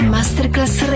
Masterclass